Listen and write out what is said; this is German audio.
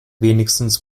wenigstens